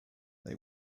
they